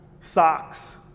Socks